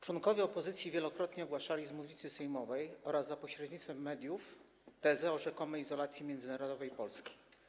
Członkowie opozycji wielokrotnie wygłaszali z mównicy sejmowej oraz za pośrednictwem mediów tezę o rzekomej izolacji międzynarodowej Polski.